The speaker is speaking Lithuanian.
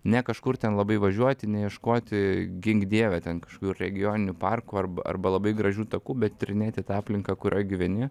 ne kažkur ten labai važiuoti ne ieškoti gink dieve ten kažkių regioninių parkų arba arba labai gražių takų bet tyrinėti tą aplinką kurioj gyveni